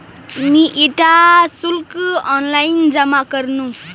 मी इटा शुल्क ऑनलाइन जमा करनु